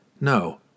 No